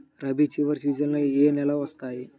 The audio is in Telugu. రబీ చివరి సీజన్లో ఏ నెలలు వస్తాయి?